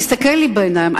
תסתכל לי בעיניים,